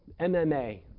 MMA